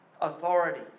authority